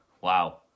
Wow